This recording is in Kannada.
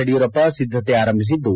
ಯಡಿಯೂರಪ್ಪ ಸಿದ್ದತೆ ಆರಂಭಿಸಿದ್ದು